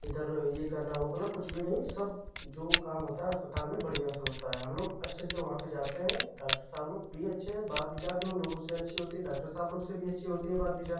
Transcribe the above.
इधर यह करना वह करना कुछ भी नहीं है सब जो काम होता है अस्पताल में बढ़ियाँ से होता है हम लोग अच्छे से वहाँ पर जाते हैं डॉक्टर साहब लोग भी अच्छे हैं बात विचार भी उन लोगों से अच्छा होता है डॉक्टर साहब लोग से भी अच्छा होता है बात विचार